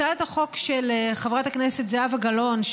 הצעת החוק של חברת הכנסת זהבה גלאון,